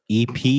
ep